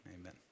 Amen